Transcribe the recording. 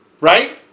Right